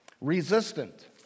resistant